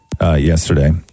Yesterday